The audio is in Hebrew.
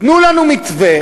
תנו לנו מתווה,